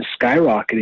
skyrocketing